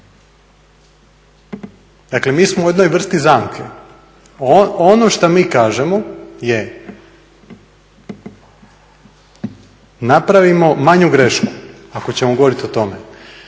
Dakle mi smo u jednoj vrsti zamke. Ono što mi kažemo je napravimo manju grešku, ako ćemo govorit o tome,